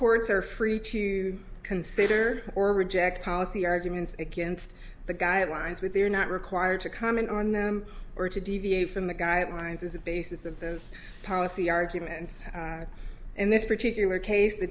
courts are free to consider or reject policy arguments against the guidelines but they're not required to comment on them or to deviate from the guidelines is the basis of those policy arguments in this particular case the